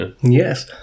Yes